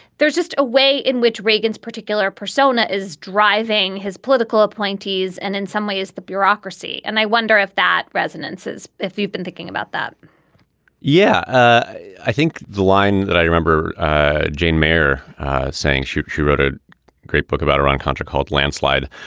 there's just a way in which reagan's particular persona is driving his political appointees and in some ways, the bureaucracy. and i wonder if that resonances, if you've been thinking about that yeah. i think the line that i remember jane mayer saying she she wrote a great book about iran-contra called landslide.